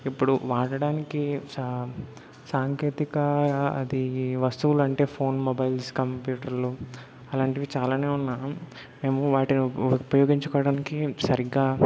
ఇప్పుడు వాడడానికి సా సాంకేతిక అది వస్తువులంటే ఫోన్ మొబైల్స్ కంప్యూటర్లు అలాంటివి చాలానే ఉన్నా మేము వాటిని ఉపయోగించుకోడానికి సరిగ్గా